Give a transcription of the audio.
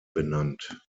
benannt